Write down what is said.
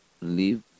leave